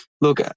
look